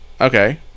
okay